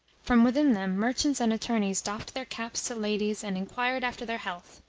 from within them merchants and attorneys doffed their caps to ladies, and inquired after their health,